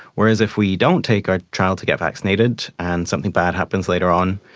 whereas if we don't take our child to get vaccinated and something bad happens later on,